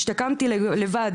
השתקמתי לבד.